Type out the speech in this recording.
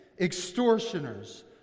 extortioners